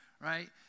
right